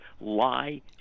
lie